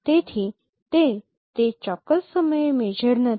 તેથી તે તે ચોક્કસ સમયે મેજર નથી